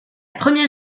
première